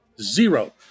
Zero